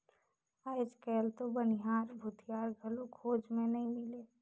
आयज कायल तो बनिहार, भूथियार घलो खोज मे नइ मिलें